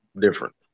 different